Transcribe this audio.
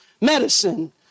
medicine